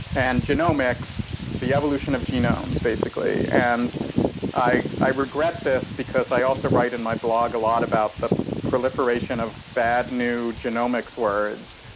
and genomics the evolution of genomes, basically. and i i regret this because i also write in my blog a lot about the proliferation of bad new genomics words.